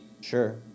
sure